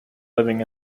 living